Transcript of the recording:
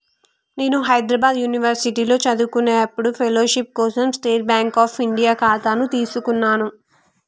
నేను హైద్రాబాద్ యునివర్సిటీలో చదువుకునేప్పుడు ఫెలోషిప్ కోసం స్టేట్ బాంక్ అఫ్ ఇండియా ఖాతాను తీసుకున్నాను